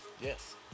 Yes